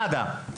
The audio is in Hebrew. נאדה.